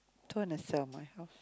don't want to sell my house